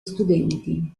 studenti